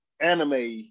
anime